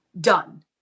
done